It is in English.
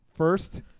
First